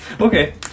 okay